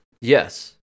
yes